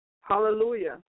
hallelujah